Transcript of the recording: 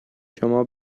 شما